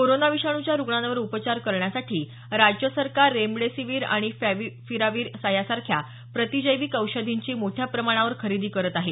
corona विषाणूच्या रुग्णांवर उपचार करण्यासाठी राज्य सरकार रेमडेसीवीर आणि फॅविपीरावीर यासारख्या प्रतिजैविक औषधींची मोठ्या प्रमाणावर खरेदी करत आहे